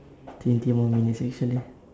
twenty more minutes actually